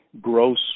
gross